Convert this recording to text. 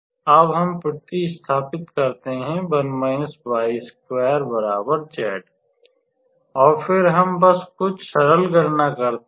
तो अब हम प्र्तिस्थापन करते हैं और फिर हम बस कुछ सरल गणना करते हैं